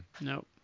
Nope